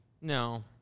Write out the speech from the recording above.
No